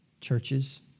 churches